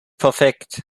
perfekt